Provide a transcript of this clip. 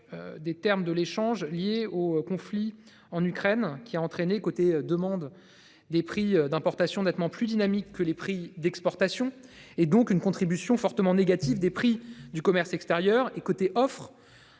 des termes de l'échange liées au conflit en Ukraine qui a entraîné côté demandent des prix d'importation nettement plus dynamique que les prix d'exportation et donc une contribution fortement négative des prix du commerce extérieur côté offre